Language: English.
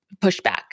pushback